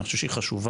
אני חושב שהיא חשובה.